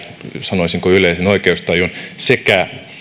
sanoisinko yleisen oikeustajun sekä